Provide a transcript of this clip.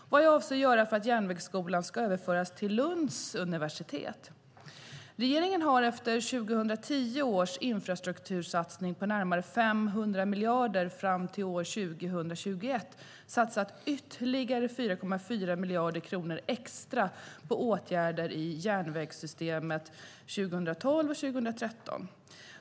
Vad avser statsrådet att göra för att Järnvägsskolan ska överföras till Lunds universitet? Regeringen har efter 2010 års infrastruktursatsning på närmare 500 miljarder fram till år 2021 satsat ytterligare 4,4 miljarder kronor extra på åtgärder i järnvägssystemet 2012 och 2013.